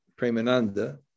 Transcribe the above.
Premananda